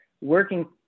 working